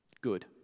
Good